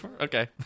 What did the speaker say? Okay